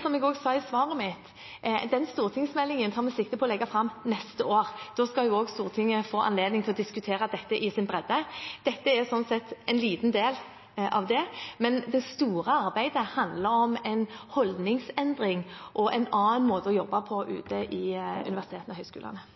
Som jeg også sa i hovedsvaret mitt, tar vi sikte på å legge fram den stortingsmeldingen neste år. Da skal Stortinget få anledning til å diskutere dette i sin fulle bredde. Dette er slik sett en liten del av det. Det store arbeidet handler om en holdningsendring og en annen måte å jobbe på ute på universitetene og høyskolene.